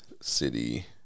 city